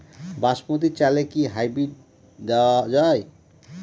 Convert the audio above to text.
বাসমতী চালে কি হাইব্রিড দেওয়া য়ায়?